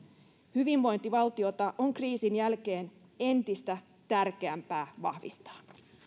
hyvinvointivaltiota on kriisin jälkeen entistä tärkeämpää vahvistaa